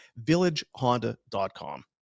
villagehonda.com